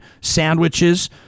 sandwiches